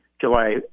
July